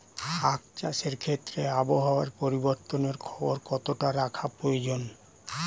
আখ চাষের ক্ষেত্রে আবহাওয়ার পরিবর্তনের খবর কতটা রাখা প্রয়োজন?